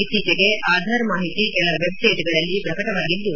ಇತ್ತೀಚೆಗೆ ಆಧಾರ್ ಮಾಹಿತಿ ಕೆಲ ವೆಬ್ ಸೈಟ್ಗಳಲ್ಲಿ ಪ್ರಕಟವಾಗಿದ್ದು